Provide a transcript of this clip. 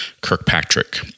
Kirkpatrick